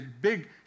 big